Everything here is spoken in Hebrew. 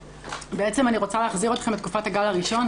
בעצם אני רוצה להחזיר אתכם לתקופת הגל הראשון.